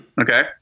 Okay